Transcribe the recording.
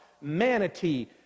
manatee